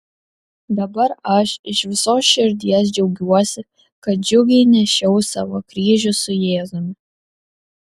dabar aš iš visos širdies džiaugiuosi kad džiugiai nešiau savo kryžių su jėzumi